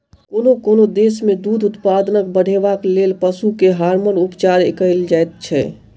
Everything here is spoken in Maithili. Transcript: कोनो कोनो देश मे दूध उत्पादन बढ़ेबाक लेल पशु के हार्मोन उपचार कएल जाइत छै